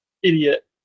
idiot